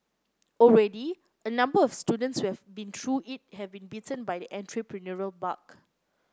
already a number of students who have been through it have been bitten by the entrepreneurial bug